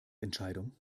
entscheidung